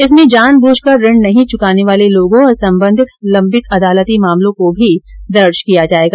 इसमें जानबूझकर ऋण नहीं चुकाने वाले लोगों और संबंधित लंबित अदालती मामलों को भी दर्ज किया जाएगा